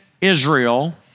Israel